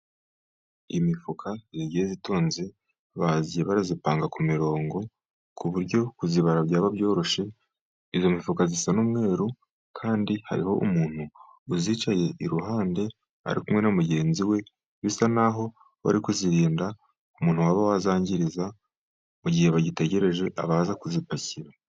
Imifuka igiye itonze barazipanga ku mirongo ku buryo kuzibara byaba byoroshye. Izo mifuka zisa n'umweruru kandi hariho umuntu uzicaye iruhande ari kumwe na mugenzi we bisa naho bari kuzirinda umuntu waba wazangiriza mu gihe bagitegereje abaza kuzipakira.